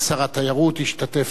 השתתפו שר התיירות,